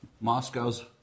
Moscow's